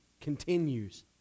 continues